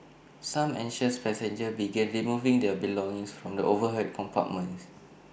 some anxious passengers began removing their belongings from the overhead compartments